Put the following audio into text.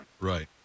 Right